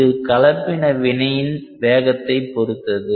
இது கலப்பின வினையின் வேகத்தைப் பொறுத்தது